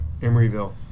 Emeryville